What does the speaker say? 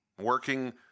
working